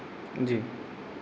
जी